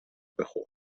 بخور